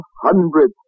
hundred